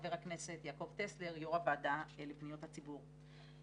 חבר הכנסת יעקב טסלר, יו"ר הוועדה לפניות הציבור.